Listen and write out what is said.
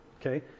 okay